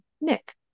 Nick